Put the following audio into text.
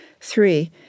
Three